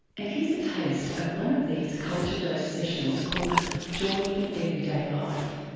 and here's a taste of one of these culture dose sessions called joy in everyday life.